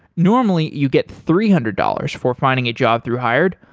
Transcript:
normally, you get three hundred dollars for finding a job through hired,